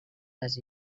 les